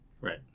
Right